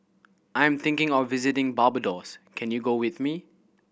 I'm thinking of visiting Barbados can you go with me